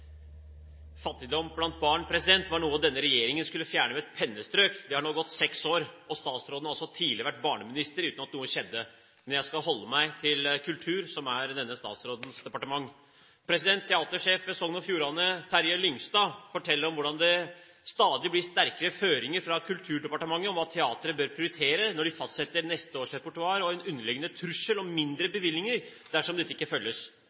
Fattigdom blant barn var noe denne regjeringen skulle fjerne med et pennestrøk. Det har nå gått seks år. Statsråden har altså tidligere vært barneminister, uten at noe skjedde. Men jeg skal holde meg til kultur, som er denne statsrådens departement. Teatersjef ved Sogn og Fjordane Teater, Terje Lyngstad, forteller om hvordan det stadig blir sterkere føringer fra Kulturdepartementet om hva teateret bør prioritere når de fastsetter neste års repertoar, og en underliggende trussel om mindre bevilgninger dersom dette ikke følges.